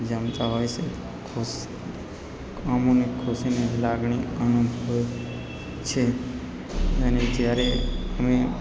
જમતા હોય છે ખુશ અમોને ખુશીની લાગણી અનુભવીએ છે અને જ્યારે અમે